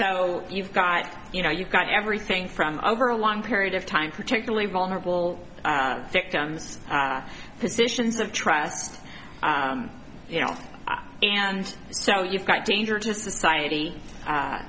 so you've got you know you've got everything from over a long period of time particularly vulnerable victims positions of trust you know and so you've got danger to society